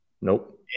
Nope